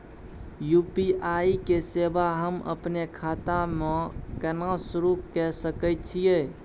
UPI के सेवा हम अपने खाता म केना सुरू के सके छियै?